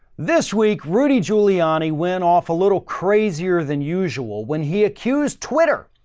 this week, rudy giuliani, when off a little crazier than usual when he accused twitter,